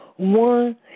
one